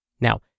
Now